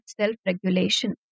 self-regulation